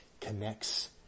connects